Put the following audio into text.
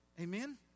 Amen